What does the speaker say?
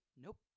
Nope